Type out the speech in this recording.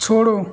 छोड़ो